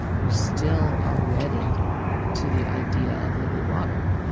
we still are wedded to the idea of liquid water,